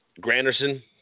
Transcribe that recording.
Granderson